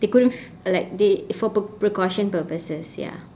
they couldn't f~ like they for pr~ precaution purposes ya